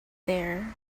there